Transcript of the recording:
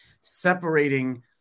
separating